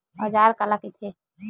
औजार काला कइथे?